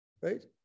right